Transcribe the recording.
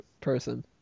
person